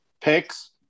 picks